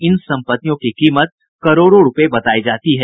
इन संपत्तियों की कीमत करोड़ों रूपये बतायी जाती है